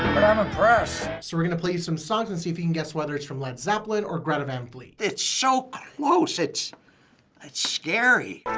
i'm impressed. so we're gonna play you some songs and see if you can guess whether it's from led zeppelin or greta van fleet. it's so close it's it's scary.